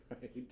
Right